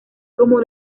como